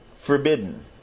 forbidden